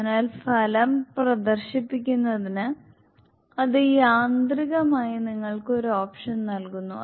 അതിനാൽ ഫലം പ്രദർശിപ്പിക്കുന്നതിന് അത് യാന്ത്രികമായി നിങ്ങൾക്ക് ഒരു ഓപ്ഷൻ നൽകുന്നു